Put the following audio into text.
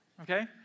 Okay